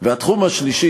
או שהפריץ ימות,